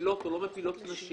מפילות או לא מפילות נשים